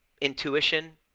intuition